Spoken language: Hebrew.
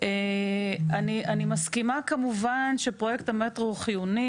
אני מסכימה כמובן שפרויקט המטרו הוא חיוני